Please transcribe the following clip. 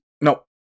No